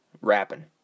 rapping